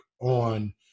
on